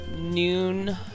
noon